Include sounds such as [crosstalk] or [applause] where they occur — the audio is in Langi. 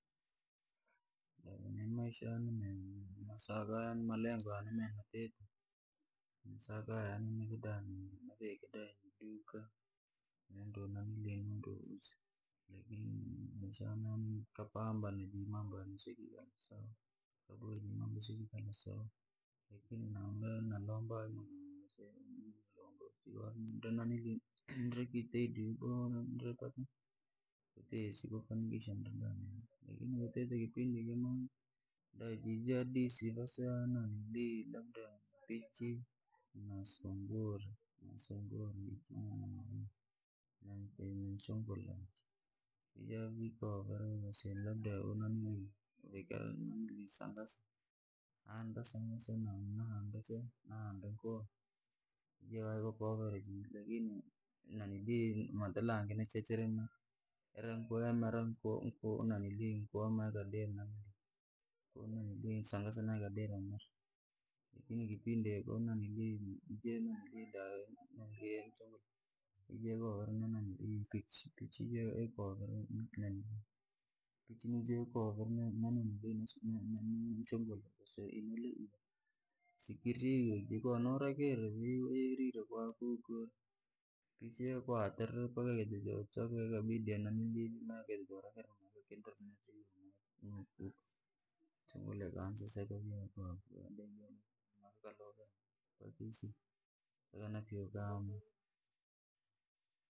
Nini maisha yane nasaka yanimalengo yane yenentite na saka yani nivike daiduka, nindouza, lakini nikashana ni kupambana jii mambo yane siyodoma sana, lakini nalomba mulungu nrikiitaidi ukondripata kwatite. Siku kamilisha nri, lakini kwatite kipindi kimo jaijiadisi vya seya labda mpichi, na sungura, vija vii ko vera vakasea labda uviikire handa sangasa. Nini nihande nkua vija vakooverwa jei lakini talange niche chirimera lakini ira nkua yamere sangasa maikadira mere. Lakini kipindi iko nanilii mpichi ija ya kuverwa ninchungula inulaiwiya, sikirya iyundii konoware kire vi yarire kwako, mpichi ya kwatirra mpaka yojokatala maikarekera, nchungula ikaanza seka vi. [unintelligible]